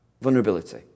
Vulnerability